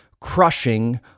crushing